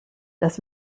das